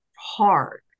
hard